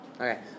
Okay